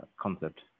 concept